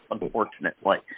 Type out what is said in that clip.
unfortunately